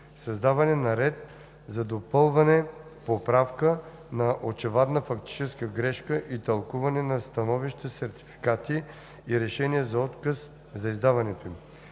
създаване на ред за допълване, поправка на очевидна фактическа грешка и тълкуване на становища/сертификати и решения за отказ за издаването им.